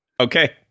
okay